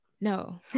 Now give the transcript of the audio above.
no